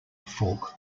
fork